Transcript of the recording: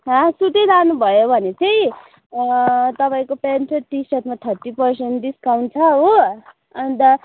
सुटै लानुभयो भने चाहिँ तपाईँको पेन्ट र टि सर्टमा थर्टी पर्सेन्ट डिस्काउन्ट छ हो अन्त